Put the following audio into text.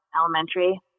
elementary